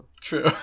True